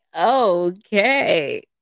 Okay